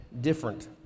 different